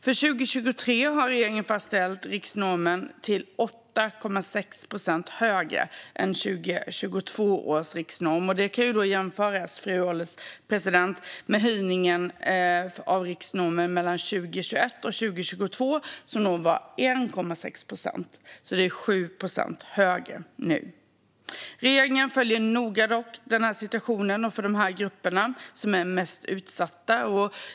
För 2023 har regeringen fastställt riksnormen till 8,6 procent högre än 2022 års riksnorm. Det kan jämföras med höjningen av riksnormen mellan 2021 och 2022, som var 1,6 procent. Det är alltså 7 procentenheter mer nu. Regeringen följer noga situationen för de grupper som är mest utsatta.